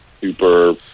super